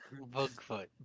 Bugfoot